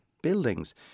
buildings